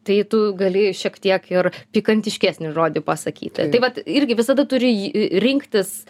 tai tu gali šiek tiek ir pikantiškesnį žodį pasakyti tai vat irgi visada turi rinktis